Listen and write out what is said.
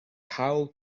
cow